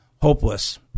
hopeless